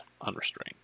unrestrained